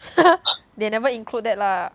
they never include that lah